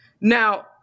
Now